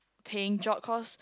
paying job cause